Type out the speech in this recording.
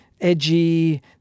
edgy